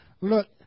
Look